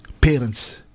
parents